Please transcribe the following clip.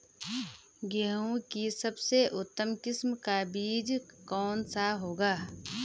गेहूँ की सबसे उत्तम किस्म का बीज कौन सा होगा?